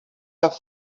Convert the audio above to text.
have